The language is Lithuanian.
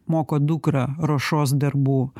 moko dukrą ruošos darbų